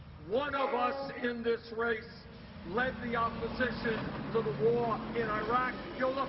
one of us in this race led the opposition to the war in iraq. you